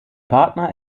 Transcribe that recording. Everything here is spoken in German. partner